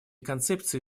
концепции